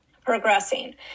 progressing